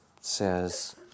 says